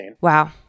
wow